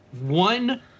one